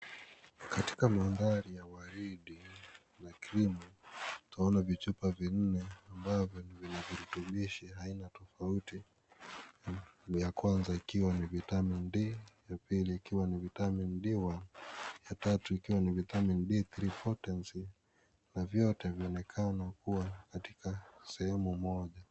Katika mandhari ya waridi na krimu, twaona vichupa vinne ambavyo vina virutubishi aina tofauti, ya kwanza ikiwa ikiwa ni Vitamin D , ya pili ikiwa ni vitamin D1 ya tatu ikiwa ni vitamin D3 potency na vyote vinaonekana kuwa katika sehemu moja.